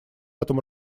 этом